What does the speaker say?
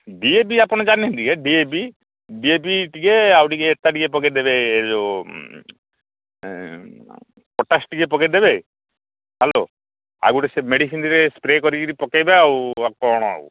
D A P ଆପଣ ଜାଣିନ୍ତି D A P D A P ଟିକେ ଆଉ ଟିକେ ଏତା ଟିକେ ପକେଇଦେବେ ଯେଉଁ ପଟାସ୍ ଟିକେ ପକେଇଦେବେ ହ୍ୟାଲୋ ଆଉ ଗୋଟେ ସେ ମେଡ଼ିସିନରେ ସ୍ପ୍ରେ କରିକିରି ପକେଇବେ ଆଉ କ'ଣ ଆଉ